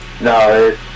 no